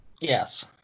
yes